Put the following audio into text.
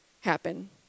happen